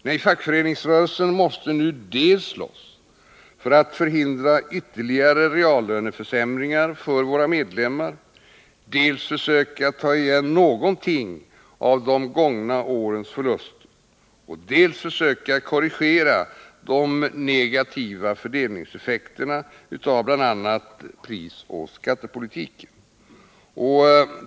Nej, fackföreningsrörelsen måste nu dels slåss för att förhindra ytterligare reallöneförsämringar för våra medlemmar, dels försöka ta igen någonting av de gångna årens förluster och dels försöka korrigera de negativa fördelningseffekterna av bl.a. prisoch skattepolitiken.